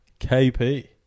kp